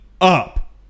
up